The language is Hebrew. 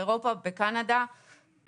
באירופה ובקנדה,